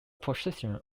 procession